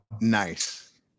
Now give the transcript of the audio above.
Nice